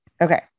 Okay